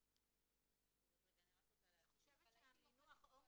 ------ אני אקרא את (ב): אבל את המילה "אבטחה"